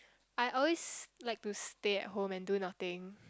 I always like to stay at home and do nothing